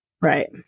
Right